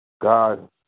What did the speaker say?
god